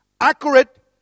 Accurate